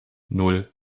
nan